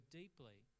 deeply